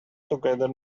together